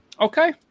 Okay